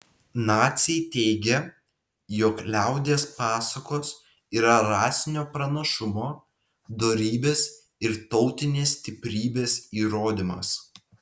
naciai teigė jog liaudies pasakos yra rasinio pranašumo dorybės ir tautinės stiprybės įrodymas